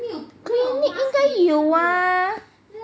clinic 因该有啊